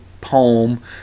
poem